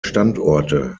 standorte